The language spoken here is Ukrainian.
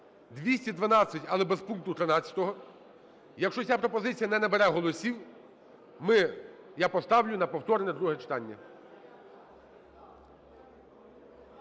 212, але без пункту 13. Якщо ця пропозиція не набере голосів, я поставлю на повторне друге читання.